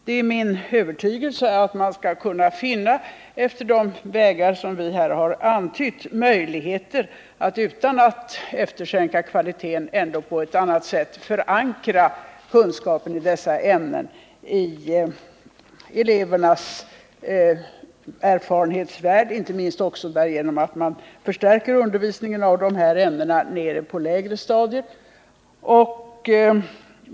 Det är min övertygelse att man efter de vägar som vi har antytt skall kunna finna möjligheter att — utan att eftersätta kvaliteten — på ett annat sätt än hittills förankra kunskaper i dessa ämnen i elevernas erfarenhetsvärld, inte minst därigenom att man förstärker undervisningen i dessa ämnen på lägre stadier.